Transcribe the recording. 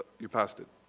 you passed it.